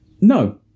No